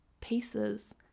pieces